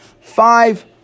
five